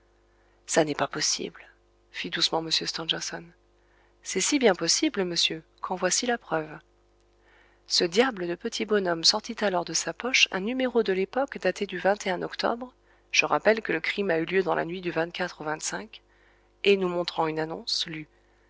ça n'est pas possible fit doucement m stangerson c'est si bien possible monsieur qu'en voici la preuve ce diable de petit bonhomme sortit alors de sa poche un numéro de l'époque daté du octobre je rappelle que le crime a eu lieu dans la nuit du au et nous montrant une annonce